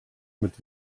mit